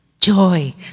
Joy